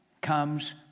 comes